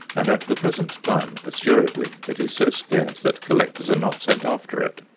and at the present time assuredly it is so scarce that collectors are not sent after it.